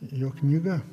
jo knyga